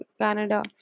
Canada